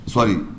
Sorry